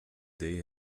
day